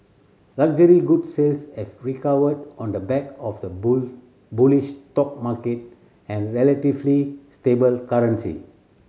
luxury goods sales have recovered on the back of the bullish stock market and relatively stable currency